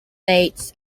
bates